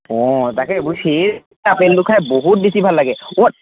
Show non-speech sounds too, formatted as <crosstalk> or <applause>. অ তাকে <unintelligible> সেই আপেলটো খাই বহুত বেছি ভাল লাগে ক'ত